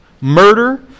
murder